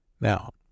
Now